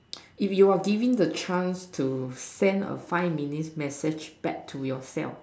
if you are giving the chance to send a five minute message back to yourself